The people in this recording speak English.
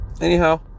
anyhow